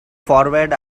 forward